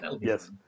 Yes